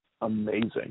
amazing